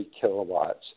kilowatts